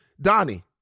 Donnie